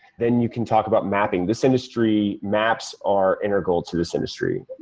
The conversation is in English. then you can talk about mapping. this industry maps are integral to this industry.